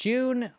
June